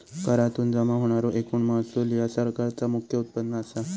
करातुन जमा होणारो एकूण महसूल ह्या सरकारचा मुख्य उत्पन्न असा